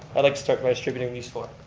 i'd like to start by distributing these four.